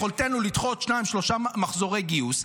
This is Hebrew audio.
יכולתנו לדחות שניים שלושה מחזורי גיוס,